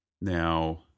now